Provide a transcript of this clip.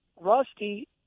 Rusty